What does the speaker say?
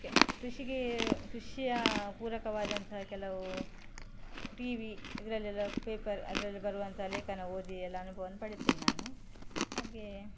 K ಕೃಷಿಗೆ ಕೃಷಿಯ ಪೂರಕವಾದಂಥ ಕೆಲವು ಟಿ ವಿ ಇದರಲ್ಲೆಲ್ಲ ಪೇಪರ್ ಅದ್ರಲ್ಲಿ ಬರುವಂಥ ಲೇಖನ ಓದಿ ಎಲ್ಲ ಅನುಭವವನ್ ಪಡೀತೇನೆ ನಾನು ಹಾಗೇ